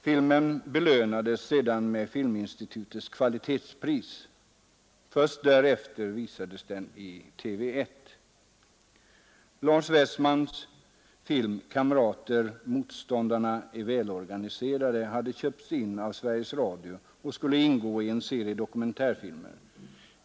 Filmen belönades sedan med Filminstitutets kvalitetspris. Först därefter visades den i TV 1. Lars Westmans film ”Kamrater, motståndaren är välorganiserad” har köpts av Sveriges Radio och skulle ingå i en serie dokumentärfilmer.